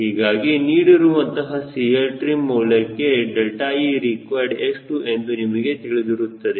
ಹೀಗಾಗಿ ನೀಡಿರುವಂತಹ CLtrim ಮೌಲ್ಯಕ್ಕೆ 𝛿ereqd ಎಷ್ಟು ಎಂದು ನಿಮಗೆ ತಿಳಿದಿರುತ್ತದೆ